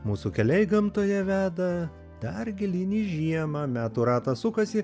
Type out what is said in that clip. mūsų keliai gamtoje veda dar gilyn į žiemą metų ratas sukasi